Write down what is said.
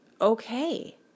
okay